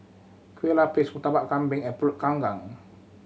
Kueh Lapis Murtabak Kambing and Pulut